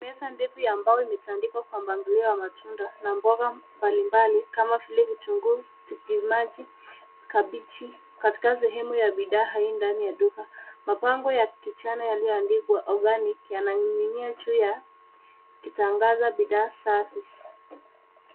Meza ndefu ya mbao imetandikwa kwa mpangilio wa matunda na mboga mbalimbali kama vile vitunguu, tikitimaji, kabichi. Katika sehemu ya bidhaa ndani ya duka. Mabango ya kijani yaliyoandikwa organic yananing'inia juu ya kitangaza bidhaa servicec[s].